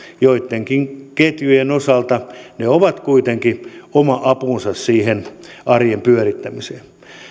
joittenkin ketjujen osalta ne ovat kuitenkin oma apunsa arjen pyörittämiseen